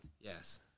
yes